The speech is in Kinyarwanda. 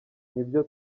nibyo